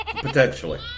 Potentially